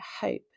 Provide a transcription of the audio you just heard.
hope